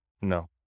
No